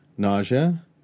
Nausea